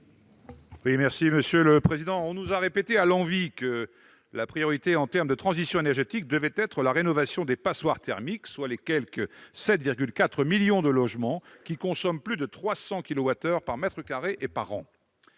Éric Bocquet, sur l'article. On nous a répété à l'envi que la priorité, en matière de transition énergétique, devait être la rénovation des passoires thermiques, soit les quelque 7,4 millions de logements consommant plus de 300 kilowattheures par mètre carré et par an.